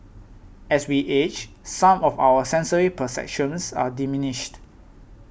as we age some of our sensory perceptions are diminished